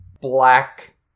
black